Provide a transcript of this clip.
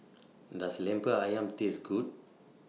Does Lemper Ayam Taste Good